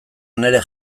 nire